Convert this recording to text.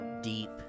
Deep